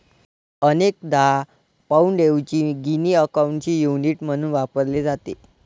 अनेकदा पाउंडऐवजी गिनी अकाउंटचे युनिट म्हणून वापरले जाते